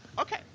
Okay